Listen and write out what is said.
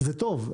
זה טוב.